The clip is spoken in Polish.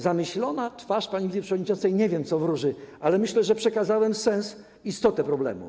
Zamyślona twarz pani wiceprzewodniczącej, nie wiem, co wróży, ale myślę, że przekazałem sens, istotę problemu.